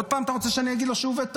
עוד פעם אתה רוצה שאגיד לו שהוא עובד טוב?